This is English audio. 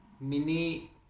mini